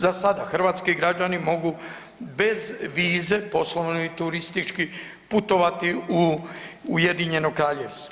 Za sada hrvatski građani mogu bez vize poslovno i turistički putovati u UK.